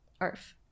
earth